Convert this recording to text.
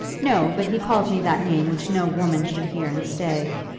no but he called me that name which no woman should hear and stay.